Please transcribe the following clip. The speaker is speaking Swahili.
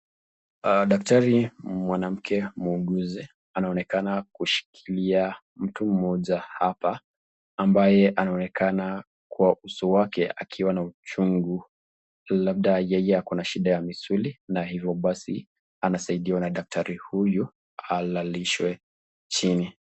Daktari mwanamke muuguzi anaonekana kushikilia mtu mmoja hapa ambaye anaonekana kwa uso wake ako na uchungu labda yeye ako na shida ya misuli anasaidiwa na daktari huyu ili alalishwe chini.